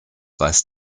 weist